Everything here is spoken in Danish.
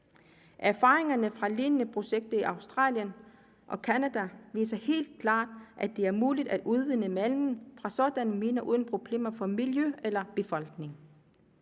Erfaringer fra lignende projekter i Australien og Canada viser helt klart, at det er muligt at udvinde malmen fra sådanne miner uden problemer for miljøet eller befolkningen.